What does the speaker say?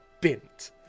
bint